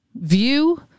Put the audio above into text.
view